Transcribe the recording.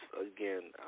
again